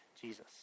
Jesus